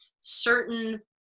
certain